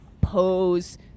pose